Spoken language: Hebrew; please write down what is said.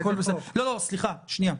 סליחה, שנייה.